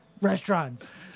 restaurants